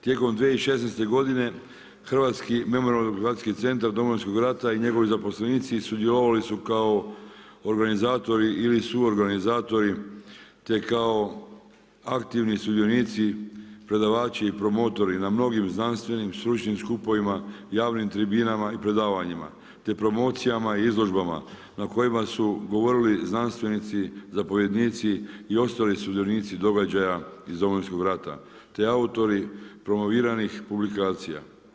Tijekom 2016. godine Hrvatski memorijalno-dokumentacijski centar Domovinskog rata i njegovi zaposlenici sudjelovali su kao organizatori ili suorganizatori te kao aktivni sudionici predavači i promotri na mnogim znanstvenim i stručnim skupovima, javnim tribinama i predavanjima te promocijama i izložbama na kojima su govorili znanstvenici, zapovjednici i ostali sudionici događaja iz Domovinskog rata te autori promoviranih publikacija.